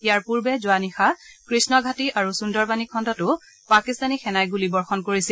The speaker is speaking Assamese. ইয়াৰ পূৰ্বে যোৱা নিশা কৃষ্ণঘাতী আৰু সুন্দৰবাণি খণ্ডতো পাকিস্তানী সেনাই গুলীবৰ্ষণ কৰিছিল